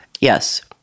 Yes